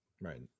Right